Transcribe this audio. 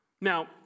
Now